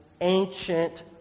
ancient